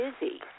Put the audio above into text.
busy